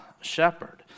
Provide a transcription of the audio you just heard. shepherd